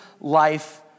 life